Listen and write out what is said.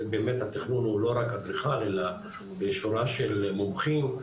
באמת התכנון הוא לא רק אדריכל אלא שורה של מומחים,